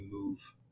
move